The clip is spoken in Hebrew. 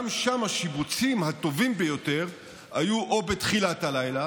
גם שם השיבוצים הטובים ביותר היו או בתחילת הלילה